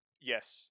Yes